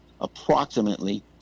approximately